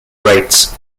rates